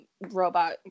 robot